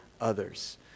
others